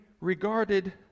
regarded